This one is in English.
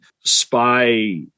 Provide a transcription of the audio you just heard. spy